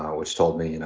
which told me, you know,